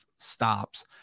stops